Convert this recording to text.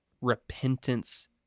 repentance